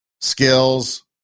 skills